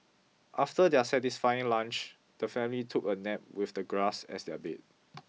after their satisfying lunch the family took a nap with the grass as their bed